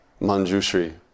Manjushri